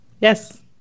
yes